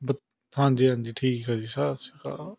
ਬਤ ਹਾਂਜੀ ਹਾਂਜੀ ਠੀਕ ਆ ਜੀ ਸਤਿ ਸ਼੍ਰੀ ਅਕਾਲ